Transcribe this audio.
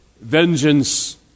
vengeance